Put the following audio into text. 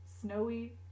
snowy